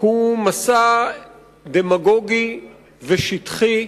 הוא מסע דמגוגי ושטחי.